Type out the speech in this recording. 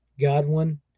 Godwin